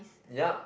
ya